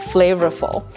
Flavorful